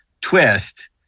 twist